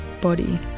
body